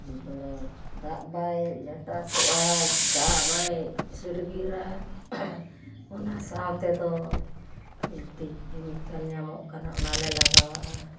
ᱜᱚᱲᱚ ᱫᱟᱜ ᱵᱟᱭ ᱡᱷᱟᱴᱟᱥᱚᱜᱼᱟ ᱫᱟᱜ ᱵᱟᱭ ᱥᱤᱲᱜᱤᱨᱟ ᱚᱱᱟ ᱥᱟᱶᱛᱮᱫᱚ ᱢᱤᱫᱴᱤᱡ ᱠᱮᱢᱤᱠᱮᱞ ᱧᱟᱢᱚᱜ ᱠᱟᱱᱟ ᱚᱱᱟᱞᱮ ᱞᱟᱜᱟᱣᱟᱜᱼᱟ